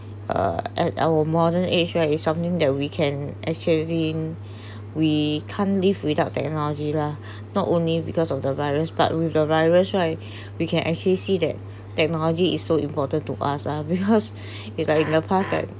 uh at our modern asia is something that we can actually we can't live without technology lah not only because of the virus but with the virus right we can actually see that technology is so important to us lah because regarding the past right